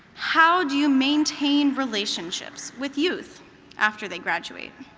how do you maintain relationships with youth after they graduate?